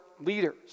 leaders